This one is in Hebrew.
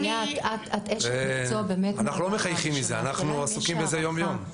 אנחנו לא מחייכים מזה, אנחנו עסוקים בזה יום יום.